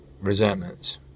resentments